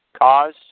cause